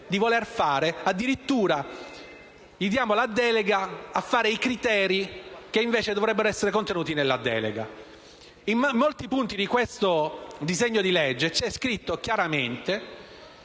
di voler fare. Addirittura gli diamo la delega a fare i criteri, che invece dovrebbero essere contenuti nella delega stessa. In molti punti di questo disegno di legge c'è scritto chiaramente